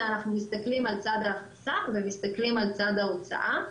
אנחנו מסתכלים על צד ההכנסה ועל צד ההוצאה.